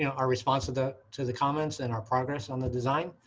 you know our response to the to the comments and our progress on the design.